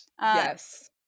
yes